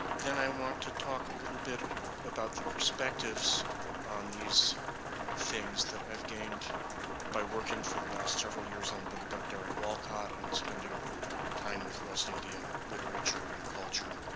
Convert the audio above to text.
then i want to talk a little bit about the perspectives on these things that i've gained by working for the last several years on a book about derek wolcott and spending time with west indian literature and culture.